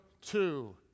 two